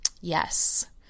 Yes